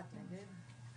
אחד נגד.